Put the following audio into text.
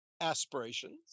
aspirations